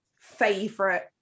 favorite